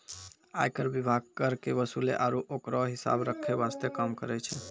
आयकर विभाग कर के वसूले आरू ओकरो हिसाब रख्खै वास्ते काम करै छै